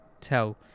tell